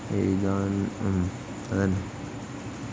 എഴുതാന് ഉം അതുതന്നെ